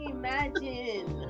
imagine